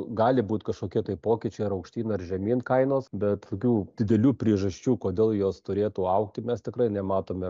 gali būt kažkokie tai pokyčiai ar aukštyn ir žemyn kainos bet tokių didelių priežasčių kodėl jos turėtų augti mes tikrai nematome